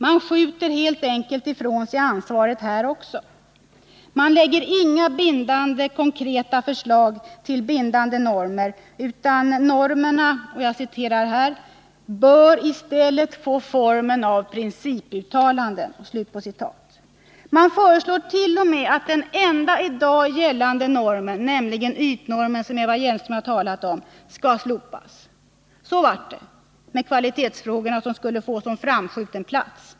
Man skjuter helt enkelt ifrån sig ansvaret här också. Man lägger inga konkreta förslag till bindande normer, utan normerna bör i stället få formen av principuttalanden, säger man. Man föreslår t.o.m. att den enda i dag gällande normen — nämligen ytnormen, som Eva Hjelmström har talat om — skall slopas. Så blev det med kvalitetsfrågorna, som skulle få en så framskjuten plats.